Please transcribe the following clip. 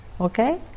Okay